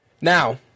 Now